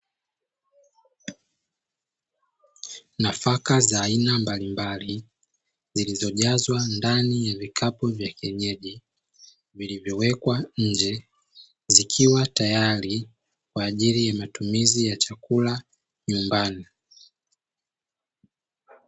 Nafaka za aina mbalimbali zilizojazwa ndani ya vikapu vya kienyeji vilivyowekwa nje, zikiwa tayari kwa ajili ya matumizi ya chakula nyumbani.